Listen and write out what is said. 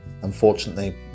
Unfortunately